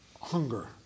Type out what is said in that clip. hunger